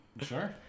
Sure